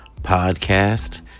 Podcast